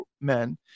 men